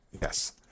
Yes